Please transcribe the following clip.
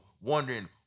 wondering